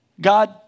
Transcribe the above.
God